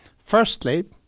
Firstly